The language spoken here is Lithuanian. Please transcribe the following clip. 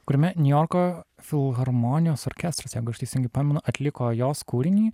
kuriame niujorko filharmonijos orkestras jeigu aš teisingai pamenu atliko jos kūrinį